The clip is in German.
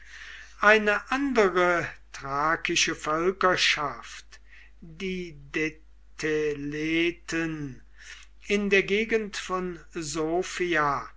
eine andere thrakische völkerschaft die dentheleten in der gegend von sofia